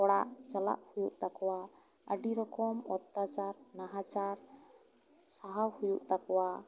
ᱚᱲᱟᱜ ᱪᱟᱞᱟᱜ ᱦᱩᱭᱩᱜ ᱛᱟᱠᱚᱣᱟ ᱟᱹᱰᱤ ᱨᱚᱠᱚᱢ ᱟᱛᱼᱛᱟᱪᱟᱨ ᱱᱟᱦᱟᱪᱟᱨ ᱥᱟᱦᱟᱣ ᱦᱩᱭᱩᱜ ᱛᱟᱠᱚᱣᱟ